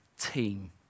team